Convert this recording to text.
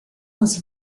was